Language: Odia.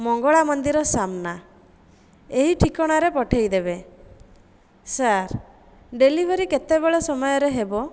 ମଙ୍ଗଳା ମନ୍ଦିର ସାମନା ଏହି ଠିକଣାରେ ପଠାଇଦେବେ ସାର୍ ଡେଲିଭେରି କେତେବେଳ ସମୟରେ ହେବ